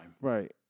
Right